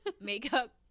makeup